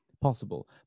possible